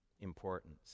importance